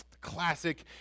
classic